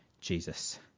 Jesus